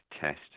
test